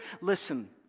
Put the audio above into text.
Listen